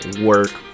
work